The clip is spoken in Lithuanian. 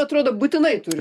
atrodo būtinai turi